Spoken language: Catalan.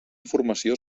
informació